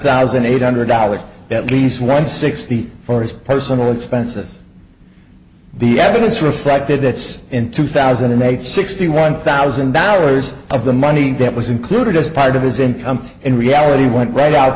thousand eight hundred dollars at least one sixty for his personal expenses the evidence reflected that in two thousand and eight sixty one thousand barriers of the money that was included as part of his income in reality went right out